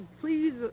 please